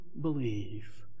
believe